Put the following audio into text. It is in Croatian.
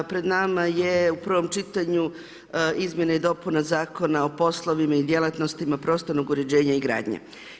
Pred nama je u prvom čitanju izmjene i dopune Zakona o poslovima i djelatnostima prostornog uređenja i gradnje.